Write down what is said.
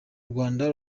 rwanda